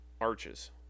arches